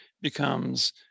becomes